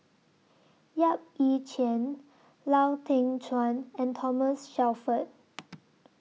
Yap Ee Chian Lau Teng Chuan and Thomas Shelford